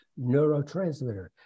neurotransmitter